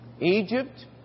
Egypt